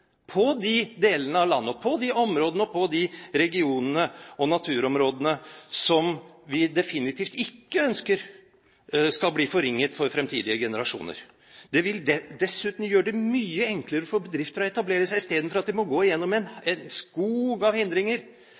på de delene, på de områdene og på de regionene og naturområdene i landet som vi definitivt ikke ønsker skal bli forringet for fremtidige generasjoner. Det vil dessuten gjøre det mye enklere for bedrifter å etablere seg, istedenfor å måtte gå gjennom en skog av hindringer